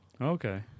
Okay